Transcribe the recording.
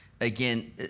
again